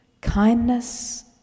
kindness